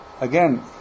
again